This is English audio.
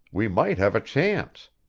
we might have a chance.